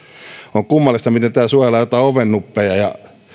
on kummallista miten täällä suojellaan jotain ovennuppeja ja